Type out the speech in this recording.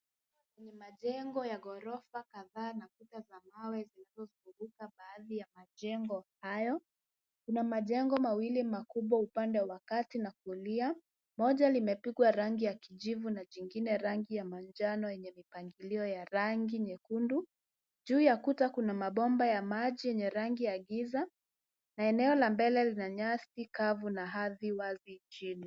Ni majengo ya ghorofa kadhaa na kuta za mawe zilizozunguka baadhi ya majengo hayo, kuna majengo mawili makubwa upande wa kati na kulia, moja limepigwa rangi ya kijivu na jingine rangi ya manjano yenye mipangilio ya rangi nyekundu. Juu ya kuta kuna mabomba ya maji yenye rangi ya giza na eneo la mbele lina nyasi kavu na ardhi wazi chini.